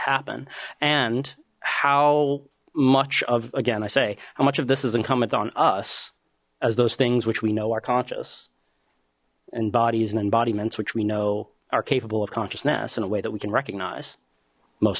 happen and how much of again i say how much of this is incumbent on us as those things which we know are conscious and bodies and embodiments which we know are capable of consciousness in a way that we can recognize most